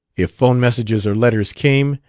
if phone messages or letters came,